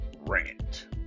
rant